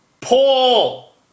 Paul